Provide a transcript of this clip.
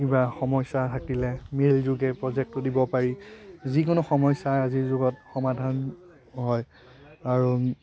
কিবা সমস্যা থাকিলে মেইলযোগে প্ৰজেক্টটো দিব পাৰি যিকোনো সমস্যাই আজিৰ যুগত সমাধান হয় আৰু